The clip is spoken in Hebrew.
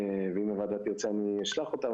ואם הוועדה תרצה, אני אשלח אותה.